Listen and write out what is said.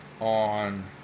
on